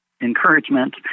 encouragement